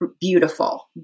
beautiful